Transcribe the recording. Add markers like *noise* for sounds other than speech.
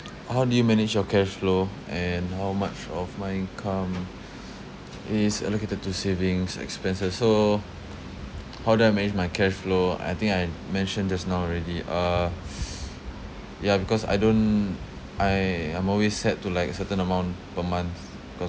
how do you manage your cash flow and how much of my income is allocated to savings expenses so how do I manage my cash flow I think I mentioned just now already uh *noise* ya because I don't I I'm always set to like a certain amount per month cause